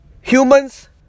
Humans